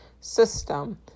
system